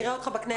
נראה אותך בכנסת.